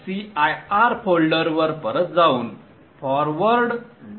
cir फोल्डरवर परत जाऊन forward